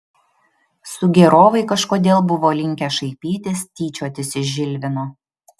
sugėrovai kažkodėl buvo linkę šaipytis tyčiotis iš žilvino